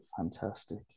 Fantastic